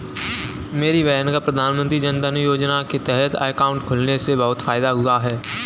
मेरी बहन का प्रधानमंत्री जनधन योजना के तहत अकाउंट खुलने से बहुत फायदा हुआ है